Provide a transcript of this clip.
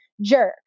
jerk